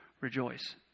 rejoice